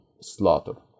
slaughter